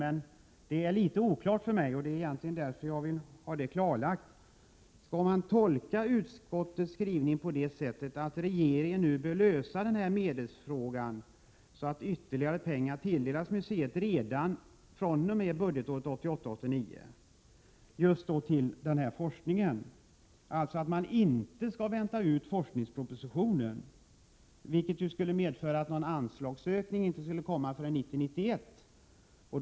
Men jag är inte riktigt klar över — jag skulle alltså här vilja ha ett klarläggande från utskottets talesman — om man skall tolka utskottets skrivning på det sättet att regeringen nu bör lösa medelsfrågan, så att ytterligare pengar tilldelas museet redan fr.o.m. budgetåret 1988 91.